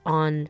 on